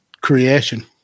creation